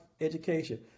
Education